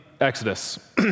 Exodus